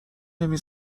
نمی